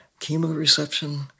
Chemoreception